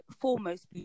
foremost